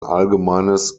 allgemeines